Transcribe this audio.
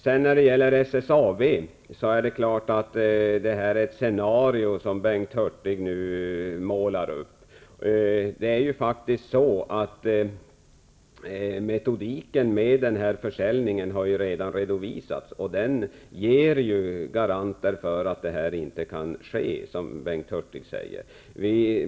Bengt Hurtig målar upp ett scenario för SSAB. Men metodiken för den här försäljningen har redan redovisats, och den ger garantier för att det som Bengt Hurtig talar om inte kan ske.